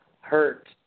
Hurt